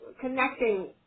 connecting